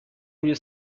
روی